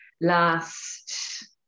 last